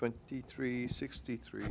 twenty three sixty three